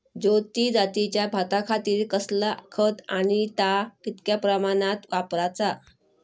ज्योती जातीच्या भाताखातीर कसला खत आणि ता कितक्या प्रमाणात वापराचा?